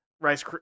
rice